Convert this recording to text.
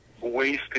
wasted